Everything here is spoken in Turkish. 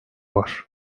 var